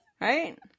Right